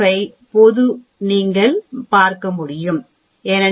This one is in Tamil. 025 போது நீங்கள் பார்க்க முடியும் என நீங்கள் 1